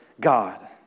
God